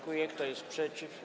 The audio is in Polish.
Kto jest przeciw?